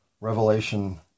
revelation